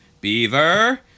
Beaver